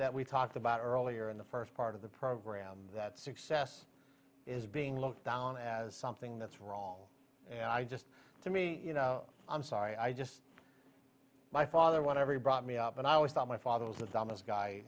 that we talked about earlier in the first part of the program that success is being looked down as something that's wrong and i just to me you know i'm sorry i just my father won every brought me up and i always thought my father was